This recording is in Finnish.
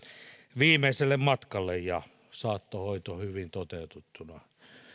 viimeiselle matkalle ja saattohoito hyvin toteutettuna